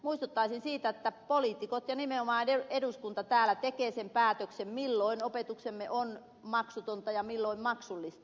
muistuttaisin siitä että poliitikot ja nimenomaan eduskunta täällä tekevät sen päätöksen milloin opetuksemme on maksutonta ja milloin maksullista